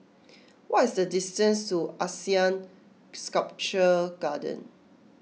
what is the distance to Asean Sculpture Garden